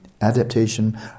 adaptation